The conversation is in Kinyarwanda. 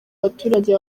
abaturage